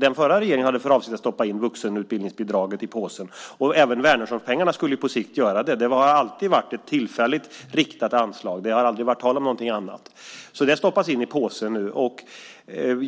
Den förra regeringen hade för avsikt att stoppa in vuxenutbildningsbidraget i påsen och även Wärnerssonpengarna på sikt. Det har alltid varit ett tillfälligt riktat anslag. Det har aldrig varit tal om någonting annat, så det stoppas in i påsen nu.